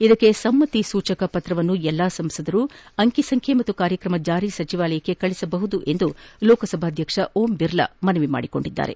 ಇದಕ್ಕೆ ಸಮ್ಮತಿ ಸೂಚಿಸುವ ಪತ್ರವನ್ನು ಎಲ್ಲಾ ಸಂಸದರು ಅಂಕಿಸಂಖ್ಯೆ ಮತ್ತು ಕಾರ್ಯಕ್ರಮ ಜಾರಿ ಸಚಿವಾಲಯಕ್ಕೆ ಕಳುಹಿಸಬೇಕೆಂದು ಲೋಕಸಭಾಧ್ಯಕ್ಷ ಓಂ ಬಿರ್ಲಾ ಮನವಿ ಮಾಡಿದ್ದಾರೆ